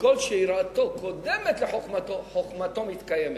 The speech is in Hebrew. וכל שיראתו קודמת לחוכמתו, חוכמתו מתקיימת.